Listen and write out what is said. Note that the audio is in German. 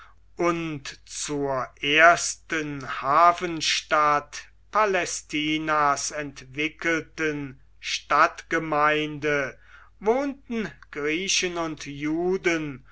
und zur ersten hafenstadt palästinas entwickelten stadtgemeinde wohnten griechen und juden